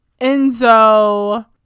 Enzo